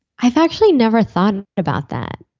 i've actually never thought about that.